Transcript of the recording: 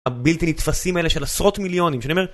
הבלתי נתפסים האלה של עשרות מיליונים, שאני אומר...